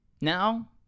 now